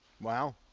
Wow